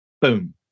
boom